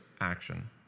action